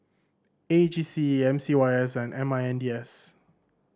A G C M C Y S and M I N D S